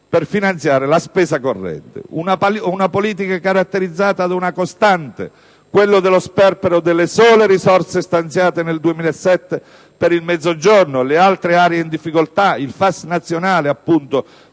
per finanziare la spesa corrente). Una politica caratterizzata da una costante, quella dello sperpero delle sole risorse stanziate nel 2007 per il Mezzogiorno e le altre aree in difficoltà, il FAS nazionale,